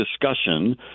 discussion